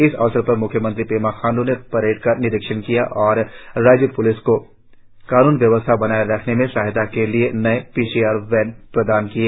इस अवसर पर म्ख्यमंत्री पेमा खांडू ने परेड का निरीक्षण किया और राज्य प्लिस को कानून व्यवस्था बनाएं रखने में सहायता के लिए नए पी सी आर वैन प्रदान किए